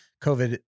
COVID